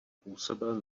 působil